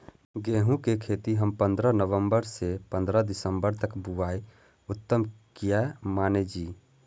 गेहूं के खेती हम पंद्रह नवम्बर से पंद्रह दिसम्बर तक बुआई उत्तम किया माने जी?